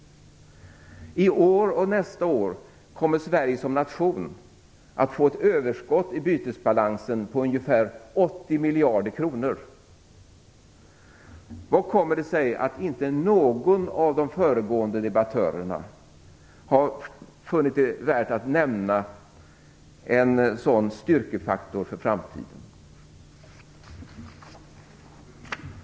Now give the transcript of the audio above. I år och nästa år kommer Sverige som nation att få ett överskott i bytesbalansen på ungefär 80 miljarder kronor. Hur kommer det sig att inte någon av föregående debattörer har funnit det värt att nämna en sådan styrkefaktor för framtiden?